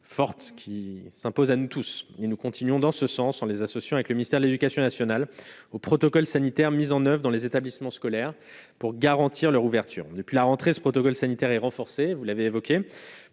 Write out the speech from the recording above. forte qui s'impose à nous tous, et nous continuons dans ce sens en les associant avec le ministère de l'Éducation nationale au protocole sanitaire mises en Oeuvres dans les établissements scolaires pour garantir leur ouverture depuis la rentrée, ce protocole sanitaire et renforcé, vous l'avez évoqué